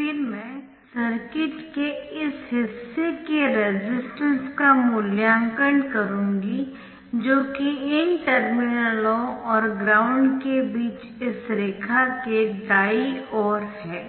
फिर मैं सर्किट के इस हिस्से के रेसिस्टेंस का मूल्यांकन करूंगी जो कि इन टर्मिनलों और ग्राउंड के बीच इस रेखा के दाईं ओर है